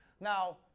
Now